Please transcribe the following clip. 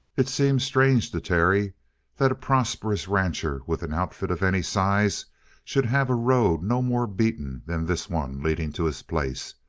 it seemed strange to terry that a prosperous rancher with an outfit of any size should have a road no more beaten than this one leading to his place.